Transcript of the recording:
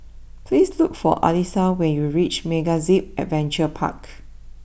please look for Alisa when you reach MegaZip Adventure Park